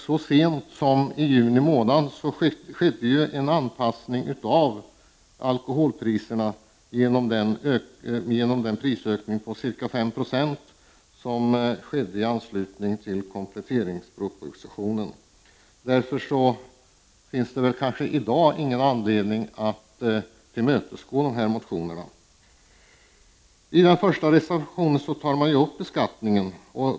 Så sent som i juni månad skedde en anpassning av alkoholpriserna genom en prisökning på ca 5 70 i anslutning till kompletteringspropositionen. Därför finns det kanske i dag ingen anledning att tillmötesgå dessa motionskrav. I reservation 1 tas beskattningen upp.